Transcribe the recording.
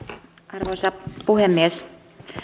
arvoisa puhemies